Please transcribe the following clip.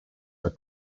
are